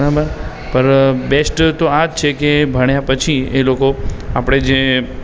બરાબર પણ બૅસ્ટ તો આજ છે કે ભણ્યા પછી એ લોકો આપણે જે